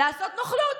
לעשות נוכלות.